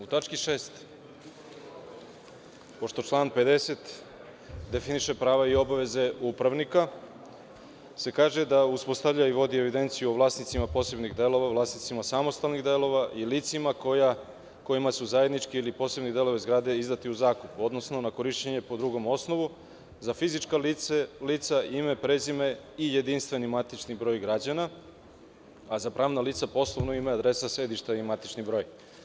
U tački 6), pošto član 50. definiše prava i obaveze upravnika, se kaže da uspostavlja i vodi evidenciju o vlasnicima posebnih delova, vlasnicima samostalnih delova i licima kojima su zajednički ili posebni delovi zgrade izdata u zakup, odnosno na korišćenje po drugom osnovu, za fizička lica ime, prezime i jedinstveni matični broj građana, a za pravna lica poslovno ime i adresa sedišta i matični broj.